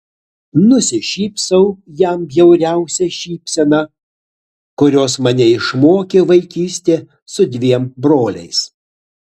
nusišypsau jam bjauriausia šypsena kurios mane išmokė vaikystė su dviem broliais